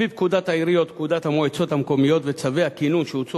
ותועבר להכנה לקריאה שנייה ושלישית בוועדת הפנים והגנת הסביבה.